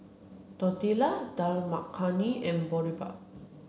Tortillas Dal Makhani and Boribap